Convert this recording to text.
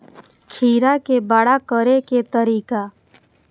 खीरा के बड़ा करे के तरीका?